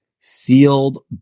sealed